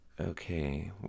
Okay